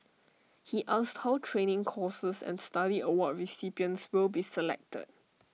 he asked how training courses and study award recipients will be selected